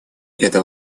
это